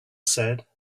said